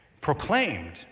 proclaimed